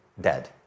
dead